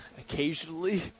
occasionally